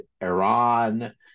Iran